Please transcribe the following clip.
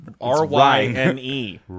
R-Y-N-E